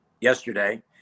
yesterday